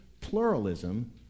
pluralism